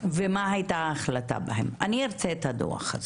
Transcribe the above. ומה הייתה ההחלטה בהם, אני ארצה את הדוח הזה.